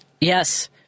Yes